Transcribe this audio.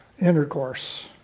intercourse